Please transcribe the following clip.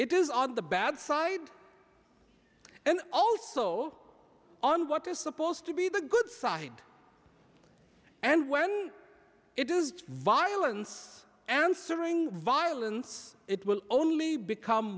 it is on the bad side and also on what is supposed to be the good side and when it is violence answering violence it will only become